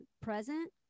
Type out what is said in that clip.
present